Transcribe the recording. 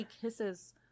kisses